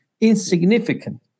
Insignificant